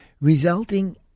resulting